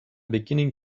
beginning